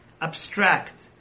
abstract